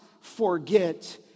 forget